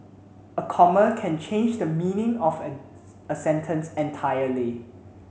a comma can change the meaning of an a sentence entirely